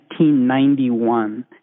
1991